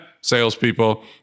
salespeople